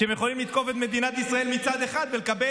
שהם יכולים לתקוף את מדינת ישראל מצד אחד ולקבל